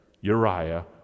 Uriah